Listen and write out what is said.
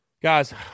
Guys